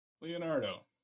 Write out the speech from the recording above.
Leonardo